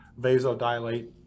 vasodilate